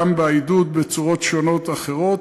גם בעידוד בצורות שונות אחרות.